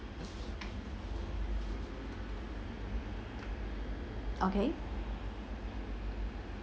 okay